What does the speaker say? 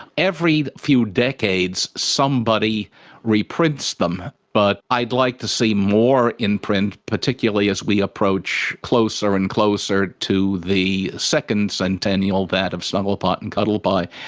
every few decades somebody reprints them but i'd like to see more in print, particularly as we approach closer and closer to the second centennial, that of snugglepot and cuddlepie.